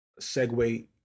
segue